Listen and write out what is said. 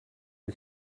you